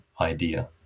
idea